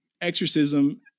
exorcism